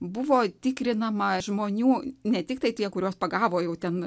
buvo tikrinama žmonių ne tiktai tie kuriuos pagavo jau ten